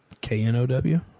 K-N-O-W